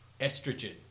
estrogen